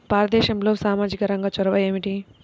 భారతదేశంలో సామాజిక రంగ చొరవ ఏమిటి?